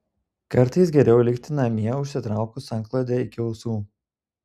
kartais geriau likti namie užsitraukus antklodę iki ausų